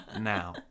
now